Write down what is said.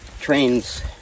trains